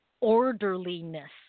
orderliness